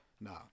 no